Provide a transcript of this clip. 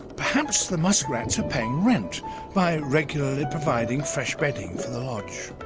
perhaps the muskrats are paying rent by regularly providing fresh bedding for the lodge.